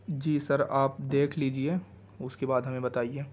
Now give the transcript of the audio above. جی sir آپ دیکھ لیجیے اس کے بعد ہمیں بتائیے